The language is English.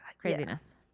craziness